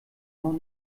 noch